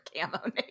camo